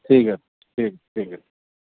ٹھیک ہے ٹھیک ٹھیک ہے